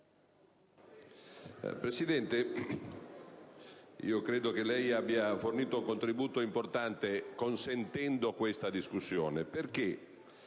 Presidente, credo che Lei abbia fornito un contributo importante consentendo questa discussione, perché